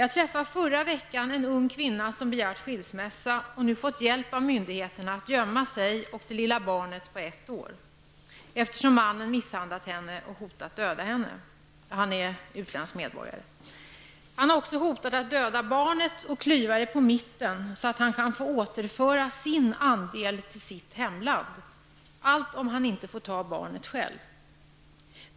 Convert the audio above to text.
Jag träffade förra veckan en ung kvinna som begärt skilsmässa och nu fått hjälp av myndigheterna att gömma sig och det lilla barnet på ett år, eftersom mannen misshandlat henne och hotat döda henne. Han är utländsk medborgare. Han har också hotat att döda barnet och klyva det på mitten, så att han kan få återföra sin andel till sitt hemland. Allt detta skall han göra om han inte får ta barnet själv.